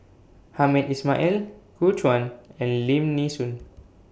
Hamed Ismail Gu Juan and Lim Nee Soon